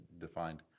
defined